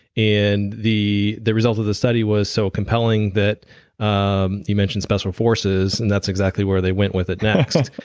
and the the results of the study was so compelling that um you mentioned special forces and that's exactly where they went with it next,